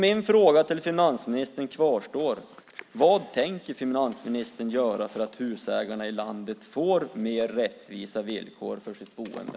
Min fråga till finansministern kvarstår: Vad tänker finansministern göra för att husägarna i landet ska få mer rättvisa villkor för sitt boende?